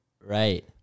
right